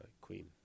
Queen